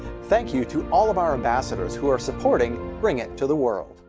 thank you to all of our ambassadors who are supporting bring it to the world.